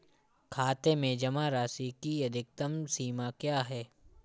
खाते में जमा राशि की अधिकतम सीमा क्या है?